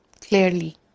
clearly